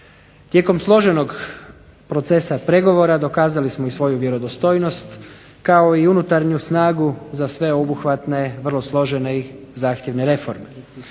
Tijekom složenog procesa pregovora dokazali smo svoju vjerodostojnost kao i unutarnju snagu za sve obuhvatne, vrlo složene reforme.